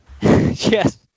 Yes